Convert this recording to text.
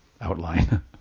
outline